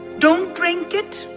don't drink it,